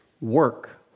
work